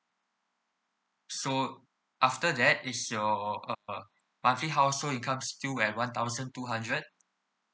so after that is your uh uh monthly household income still at one thousand two hundred